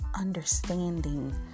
understanding